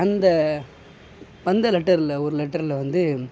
அந்த வந்த லெட்டரில் ஒரு லெட்டரில் வந்து